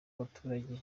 abaturage